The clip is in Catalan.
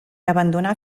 abandonar